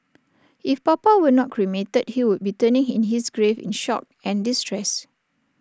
if papa were not cremated he would be turning in his grave in shock and distress